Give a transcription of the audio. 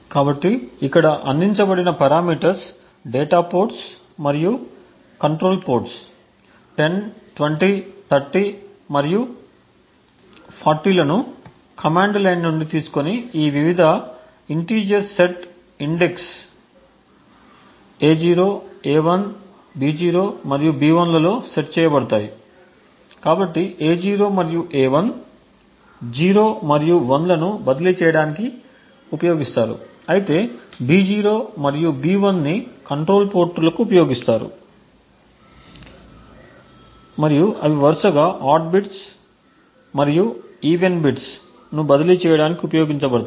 కాబట్టి ఇక్కడ అందించబడిన పారామీటర్స్ డేటా పోర్ట్స్ మరియు కంట్రోల్ పోర్ట్స్ 10 20 30 మరియు 40 లను కమాండ్ లైన్నుండి తీసుకొని ఈ వివిధ integers set index A0 A1 B0 మరియు B1 లలో సెట్ చేయబడతాయి కాబట్టి A0 మరియు A1 0 మరియు 1 లను బదిలీ చేయడానికి ఉపయోగిస్తారు అయితే B0 మరియు B1 ని కంట్రోల్ పోర్టులకు ఉపయోగిస్తారు మరియు అవి వరుసగా ఆడ్ బిట్స్ మరియు ఈవెన్ బిట్స్ను బదిలీ చేయడానికి ఉపయోగించబడతాయి